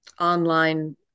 online